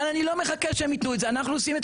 אבל אני לא מחכה שהם ייתנו את זה; אנחנו עושים את